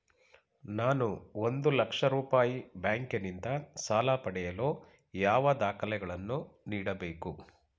ನಾನು ಒಂದು ಲಕ್ಷ ರೂಪಾಯಿ ಬ್ಯಾಂಕಿನಿಂದ ಸಾಲ ಪಡೆಯಲು ಯಾವ ದಾಖಲೆಗಳನ್ನು ನೀಡಬೇಕು?